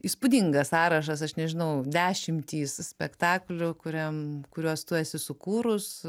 įspūdingas sąrašas aš nežinau dešimtys spektaklių kuriam kuriuos tu esi sukūrus